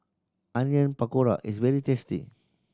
Onion Pakora is very tasty